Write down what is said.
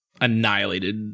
annihilated